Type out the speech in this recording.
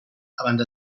abans